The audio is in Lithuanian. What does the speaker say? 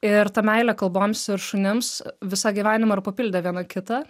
ir ta meilė kalboms ir šunims visą gyvenimą ir papildė viena kitą